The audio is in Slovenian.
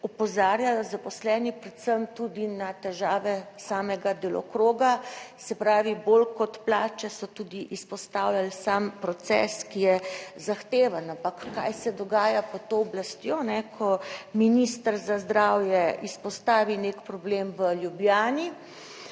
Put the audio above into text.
opozarjajo zaposleni predvsem tudi na težave samega delokroga, se pravi, bolj kot plače so tudi izpostavljali sam proces, ki je zahteven. Ampak kaj se dogaja pod to oblastjo? Ko minister za zdravje izpostavi nek problem v Ljubljani,